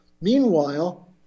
Meanwhile